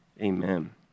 amen